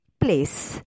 place